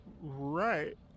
Right